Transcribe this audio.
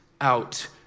out